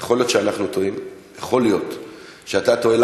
יכול להיות שאנחנו טועים, יכול להיות שאתה טועה.